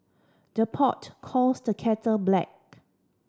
the pot calls the kettle black